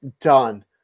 done